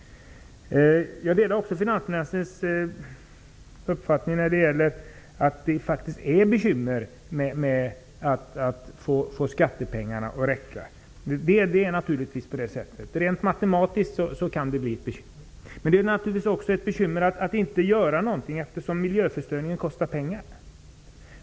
Jag delar också finansministerns uppfattning att det faktiskt är ett bekymmer att få skattepengarna att räcka. Det är naturligtvis på det sättet. Rent matematiskt kan det bli ett bekymmer. Men det är naturligtvis också ett bekymmer att inte göra någonting, eftersom miljöförstöringen kostar pengar.